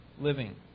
living